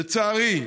לצערי,